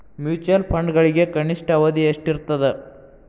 mutual ಫಂಡ್ಗಳಿಗೆ ಕನಿಷ್ಠ ಅವಧಿ ಎಷ್ಟಿರತದ